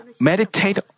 meditate